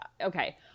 okay